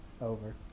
Over